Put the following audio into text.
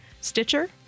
Stitcher